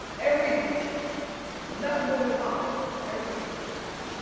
everything changed from that moment on everything changed